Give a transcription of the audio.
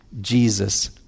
Jesus